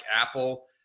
Apple